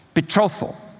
Betrothal